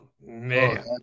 man